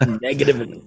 negative